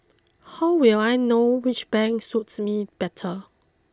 how will I know which bank suits me better